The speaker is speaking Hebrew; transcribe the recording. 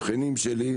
שכנים שלי,